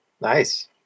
Nice